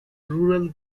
rural